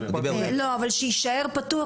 אבל שיישאר פתוח,